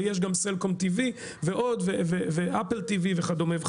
ויש גם סלקום טי וי, ו-apple tv וכדומה.